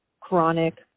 chronic